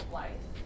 life